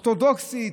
אורתודוקסית,